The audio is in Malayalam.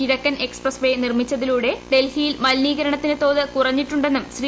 കിഴക്കൻ എക്സ്പ്രസ്വേ നിർമ്മിച്ചതിലൂടെ ഡൽഹിയിൽമലിനീകരണത്തിന്റെ തോത് കുറഞ്ഞിട്ടുണ്ടെന്നും ശ്രീ